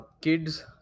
kids